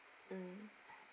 mm